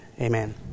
Amen